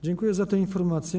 Dziękuję za te informacje.